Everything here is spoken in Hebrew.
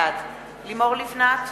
בעד לימור לבנת,